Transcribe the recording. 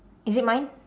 is it mine